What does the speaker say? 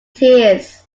tears